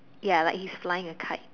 ya like he's flying a kite